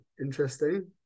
Interesting